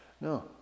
no